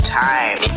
time